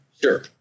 sure